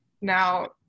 Now